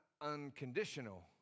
unconditional